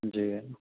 जे N